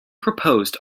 proposed